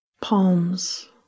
Palms